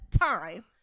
time